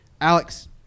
Alex